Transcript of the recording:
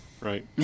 Right